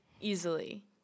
easily